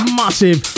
massive